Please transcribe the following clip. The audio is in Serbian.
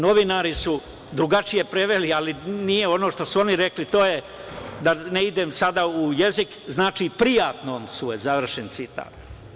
Novinari su drugačije preveli, ali nije ono što su oni rekli, to je, da ne idem sada u jezik, znači, prijatno, završen citat.